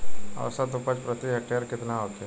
औसत उपज प्रति हेक्टेयर केतना होखे?